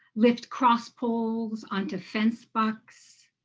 lift cross poles onto fence bucks,